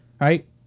right